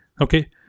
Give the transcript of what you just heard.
okay